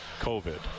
COVID